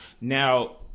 Now